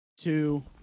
two